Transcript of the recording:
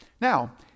Now